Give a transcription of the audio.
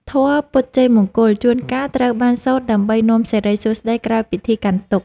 ធម៌ "ពុទ្ធជ័យមង្គល" ជួនកាលត្រូវបានសូត្រដើម្បីនាំសិរីសួស្ដីក្រោយពិធីកាន់ទុក្ខ។